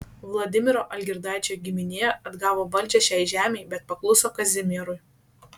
vladimiro algirdaičio giminė atgavo valdžią šiai žemei bet pakluso kazimierui